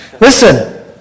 Listen